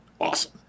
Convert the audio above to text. awesome